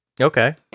Okay